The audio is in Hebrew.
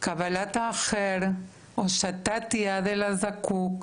קבלת האחר, הושטת יד אל הזקוק,